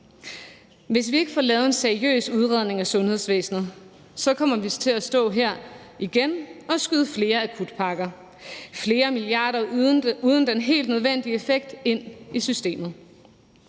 Hvis ikke vi får lavet en seriøs udredning af sundhedsvæsenet, kommer vi til at stå her igen og skyde flere akutpakker og flere milliarder kroner uden den helt nødvendige effekt ind i systemet.